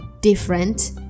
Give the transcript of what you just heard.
different